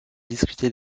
discuter